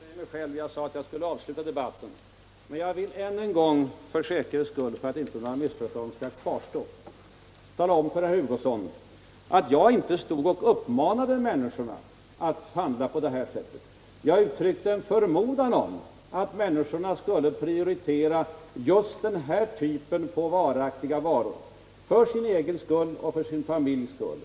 Herr talman! Jag hade fel när jag nyss lovade att avsluta debatten. Jag vill än en gång — för säkerhets skull, så att inte några missförstånd skall kvarstå -— tala om för herr Hugosson att jag inte uppmanade människorna att handla på det sätt, som han här kritiserat, utan att jag utryckte en förmodan om att de skulle komma att prioritera just den typen av varaktiga varor, för sin egen och för sin familjs skull.